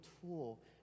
tool